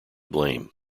blame